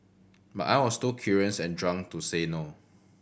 but I was too curious and drunk to say no